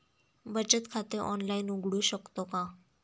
बचत खाते ऑनलाइन उघडू शकतो का?